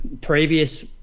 previous